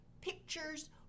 pictures